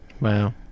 Wow